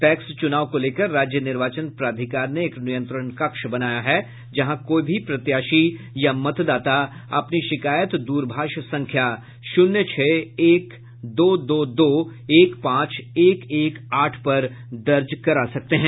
PACS चुनाव को लेकर राज्य निर्वाचन प्राधिकार ने एक नियंत्रण कक्ष बनाया है जहां कोई भी प्रत्याशी या मतदाता अपनी शिकायत द्रभाष संख्या शून्य छह एक दो दो दो एक पांच एक एक आठ पर दर्ज करा सकते हैं